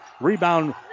Rebound